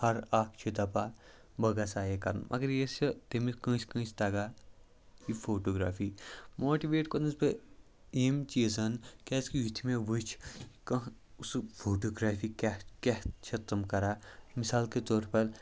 ہر اَکھ چھِ دَپان بہٕ گَژھ ہا یہِ کَرُن مگر یُس یہِ تَمیُک کٲنٛسہِ کٲنٛسہِ تَگان یہِ فوٹوگرٛیفی ماٹِویٹ کوٚرنَس بہٕ أمۍ چیٖزَن کیٛازکہِ یُتھُے مےٚ وٕچھ کانٛہہ سُہ فوٹوگرٛیفی کیٛاہ کیٛاہ چھِ تِم کَران مِثال کے طور پَر